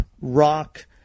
rock